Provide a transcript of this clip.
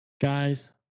Guys